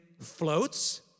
floats